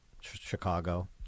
Chicago